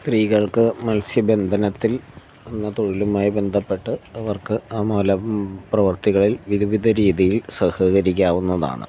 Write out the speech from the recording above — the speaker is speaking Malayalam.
സ്ത്രീകൾക്ക് മൽസ്യബന്ധനത്തിൽ തൊഴിലുമായി ബന്ധപ്പെട്ട് അവർക്ക് ആ മൂലം പ്രവർത്തികളിൽ വിവിധ രീതിയിൽ സഹകരിക്കാവുന്നതാണ്